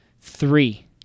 three